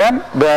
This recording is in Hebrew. כן